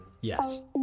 Yes